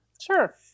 Sure